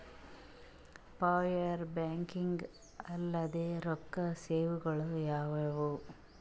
ಪರ್ಯಾಯ ಬ್ಯಾಂಕಿಂಗ್ ಅಲ್ದೇ ರೊಕ್ಕ ಸೇವೆಗಳು ಯಾವ್ಯಾವು?